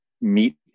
meet